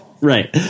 Right